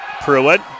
Pruitt